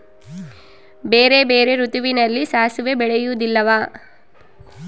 ಬೇರೆ ಬೇರೆ ಋತುವಿನಲ್ಲಿ ಸಾಸಿವೆ ಬೆಳೆಯುವುದಿಲ್ಲವಾ?